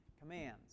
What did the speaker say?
commands